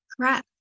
Correct